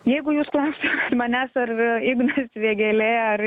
jeigu jūs klausiat manęs ar ignas vėgėlė ar